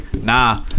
Nah